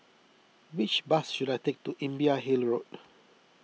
which bus should I take to Imbiah Hill Road